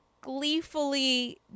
gleefully